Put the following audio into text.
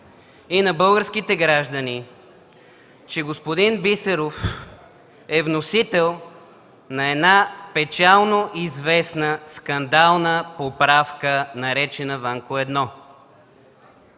и на българските граждани, че господин Бисеров е вносител на една печално известна, скандална поправка, наречена „Ванко 1”.